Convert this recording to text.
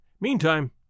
Meantime